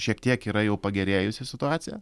šiek tiek yra jau pagerėjusi situacija